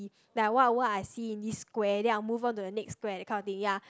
like what what I see in this square then I will move on to the next square that kind of thing ya